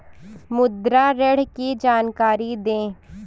मुद्रा ऋण की जानकारी दें?